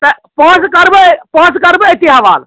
تہٕ پونٛسہٕ کرٕ بہٕ پوٛنسہٕ کرٕ بہٕ أتھی حوالہٕ